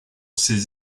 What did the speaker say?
ses